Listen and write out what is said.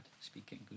speaking